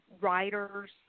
writers